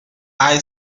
eye